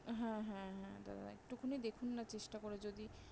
হ্যাঁ হ্যাঁ হ্যাঁ দাদা একটুখানি দেখুন না চেষ্টা করে যদি